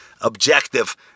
objective